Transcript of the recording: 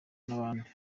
n’abandi